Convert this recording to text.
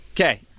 Okay